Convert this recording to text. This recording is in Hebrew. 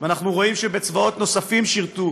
ואנחנו רואים שבצבאות נוספים שירתו